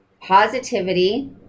positivity